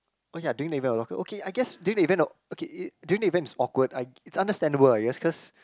oh ya during the event a lot okay I guess during the event okay during the event it's awkward I it's understandable I guess cause